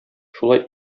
шулай